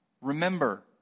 remember